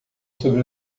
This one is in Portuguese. sobre